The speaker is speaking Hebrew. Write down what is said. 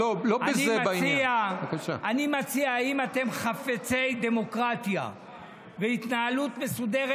אני מציע: אם אתם חפצי דמוקרטיה והתנהלות מסודרת,